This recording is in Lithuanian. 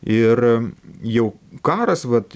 ir jau karas vat